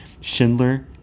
Schindler